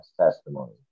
testimony